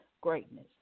greatness